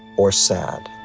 or sad?